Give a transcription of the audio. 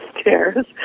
stairs